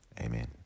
Amen